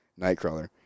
nightcrawler